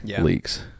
leaks